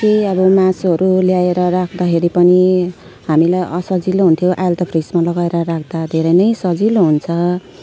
केही अब मासुहरू ल्याएर राख्दाखेरि पनि हामीलाई असजिलो हुन्थ्यो अहिले त फ्रिजमा लगाएर राख्दा धेरै नै सजिलो हुन्छ